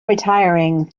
retiring